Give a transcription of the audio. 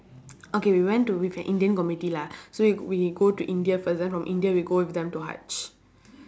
okay we went to with an indian committee lah so we we go to india first then from india we go with them to haj